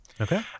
okay